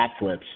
backflips